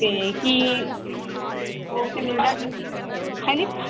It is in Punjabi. ਤੇ ਕੀ ਹਾਂਜੀ